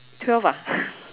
twelve ah